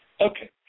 Okay